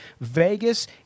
Vegas